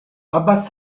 abbas